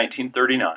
1939